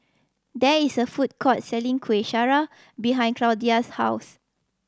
there is a food court selling Kuih Syara behind Claudia's house